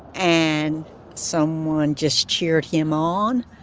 and someone just cheered him on,